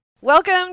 Welcome